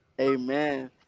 Amen